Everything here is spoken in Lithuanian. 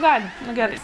gali nu gerai